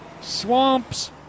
swamps